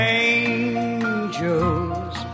angels